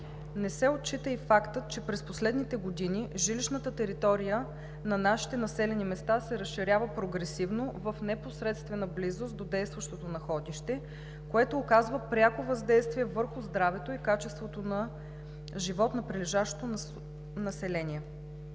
не се отчита и фактът, че през последните години жилищната територия на нашите населени места се разширява прогресивно в непосредствена близост до действащото находище, което оказва пряко въздействие върху здравето и качеството на живот на прилежащото население.